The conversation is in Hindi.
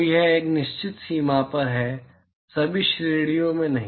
तो यह एक निश्चित सीमा पर है सभी श्रेणियों में नहीं